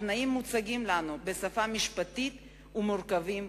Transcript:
התנאים מוצגים לנו בשפה משפטית והם מורכבים,